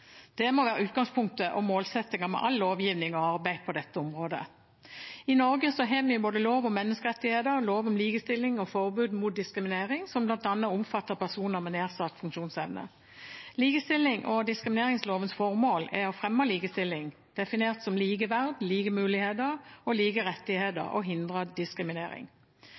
Det må være utgangspunktet og målsettingen med all lovgivning og alt arbeid på dette området. I Norge har vi både lov om menneskerettigheter, lov om likestilling og forbud mot diskriminering, som bl.a. omfatter personer med nedsatt funksjonsevne. Likestillings- og diskrimineringslovens formål er å fremme likestilling, definert som likeverd, like muligheter og like rettigheter, og å hindre diskriminering.